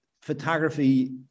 photography